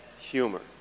humor